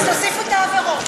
אז תוסיפו את העבירות.